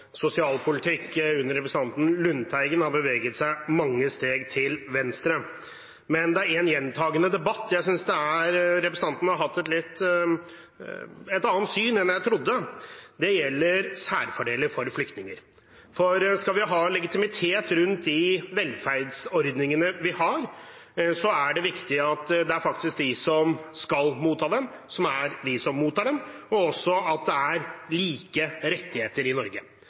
sosialpolitikk under representanten Lundteigen har beveget seg mange steg til venstre, men i én gjentagende debatt synes jeg representanten har hatt et litt annet syn jeg trodde. Det gjelder særfordeler for flyktninger. For skal vi ha legitimitet rundt de velferdsordningene vi har, er det viktig at de som faktisk skal motta dem, er de som mottar dem, og også at det er like rettigheter i Norge.